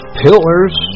pillars